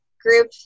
Group